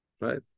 right